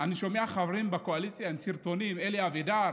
אני שומע חברים בקואליציה עם סרטונים, אלי אבידר